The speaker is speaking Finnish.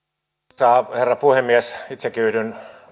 arvoisa herra puhemies itsekin yhdyn